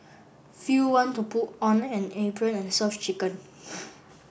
few want to put on an apron and serve chicken